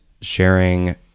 sharing